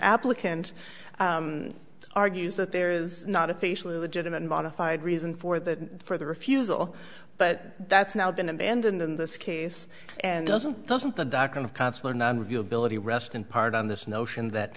applicant argues that there is not officially legitimate unmodified reason for the for the refusal but that's now been abandoned in this case and doesn't doesn't the doctrine of consular none of you ability rest in part on this notion that